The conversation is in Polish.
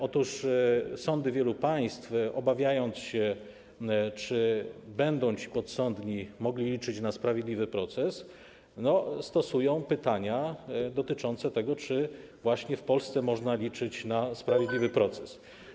Otóż sądy wielu państw, obawiając się o to, czy ci podsądni będą mogli liczyć na sprawiedliwy proces, stosują pytania dotyczące tego, czy właśnie w Polsce można liczyć na sprawiedliwy proces.